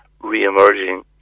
re-emerging